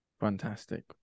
fantastic